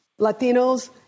Latinos